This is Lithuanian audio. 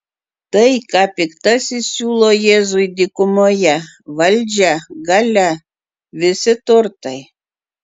tai ką piktasis siūlo jėzui dykumoje valdžia galia visi turtai